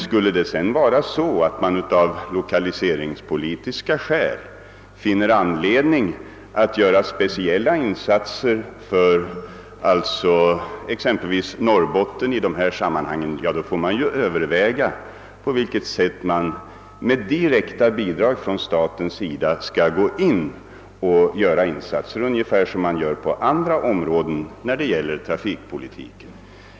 Om man sedan av lokaliseringspolitiska skäl vill göra speciella insatser för exempelvis Norrbotten i dessa sammanhang, får man överväga på vilket sätt man skall låta direkta bidrag från staten utgå i sådant syfte, ungefär som man gör på andra områden när det gäller trafikpolitiken.